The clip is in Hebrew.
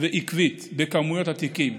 ועקבית בכמויות התיקים,